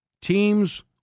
teams